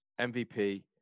MVP